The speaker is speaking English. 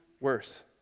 worse